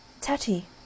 Tatty